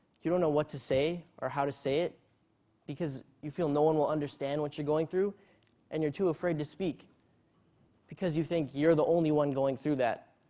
you don't know what to say or how to say it because you feel no one will understand what you're going through and you're too afraid to speak because you think you're the only one going through that?